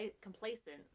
complacent